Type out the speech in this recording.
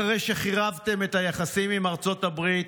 אחרי שחירבתם את היחסים עם ארצות הברית,